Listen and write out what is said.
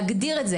להגדיר את זה.